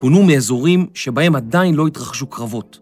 פונו מאזורים שבהם עדיין לא התרחשו קרבות.